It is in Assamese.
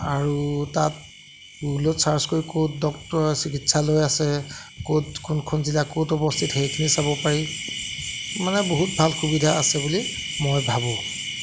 আৰু তাত গুগলত ছাৰ্চ কৰি ক'ত ডক্তৰ চিকিৎসালয় আছে ক'ত কোনখন জিলা ক'ত অৱস্থিত সেইখিনি চাব পাৰি মানে বহুত ভাল সুবিধা আছে বুলি মই ভাবোঁ